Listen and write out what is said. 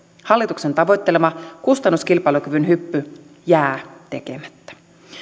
hallituksen tavoittelema kustannuskilpailukyvyn hyppy jää tekemättä